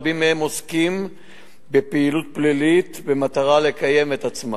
ורבים מהם עוסקים בפעילות פלילית במטרה לקיים את עצמם.